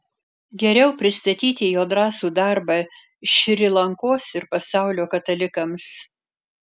geriau pristatyti jo drąsų darbą šri lankos ir pasaulio katalikams